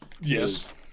Yes